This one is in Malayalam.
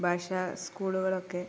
ഭാഷാസ്കൂളുകളൊക്കെ